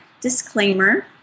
disclaimer